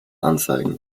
anzeigen